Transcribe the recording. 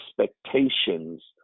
expectations